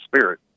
spirit